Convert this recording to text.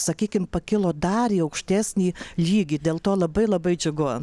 sakykim pakilo dar į aukštesnį lygį dėl to labai labai džiugu